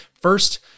First